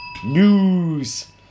news